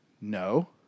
No